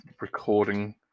recording